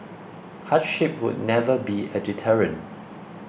hardship should never be a deterrent